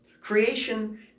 Creation